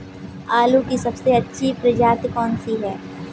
आलू की सबसे अच्छी प्रजाति कौन सी है?